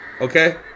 okay